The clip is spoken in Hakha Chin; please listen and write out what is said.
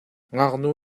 ngaknu